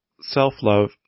self-love